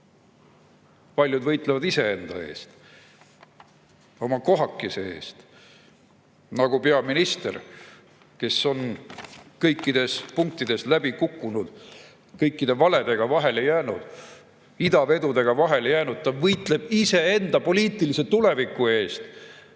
paljud võitlevad iseenda eest, oma kohakese eest, nagu peaminister, kes on kõikides punktides läbi kukkunud, kõikide valedega vahele jäänud, idavedudega vahele jäänud. Ta võitleb iseenda poliitilise tuleviku eest,